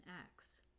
Acts